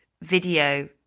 video